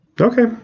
Okay